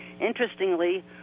Interestingly